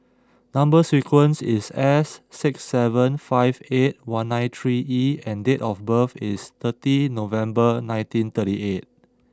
number sequence is S six seven five eight one nine three E and date of birth is thirty November nineteen thirty eight